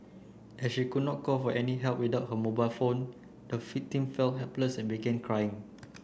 as she could not call for any help without her mobile phone the felt helpless and began crying